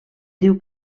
diu